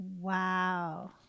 Wow